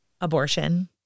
abortion